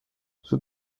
زود